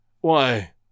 Why